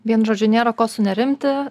vienu žodžiu nėra ko sunerimti